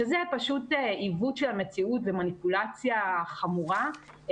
שזה פשוט עיוות של המציאות ומניפולציה חמורה.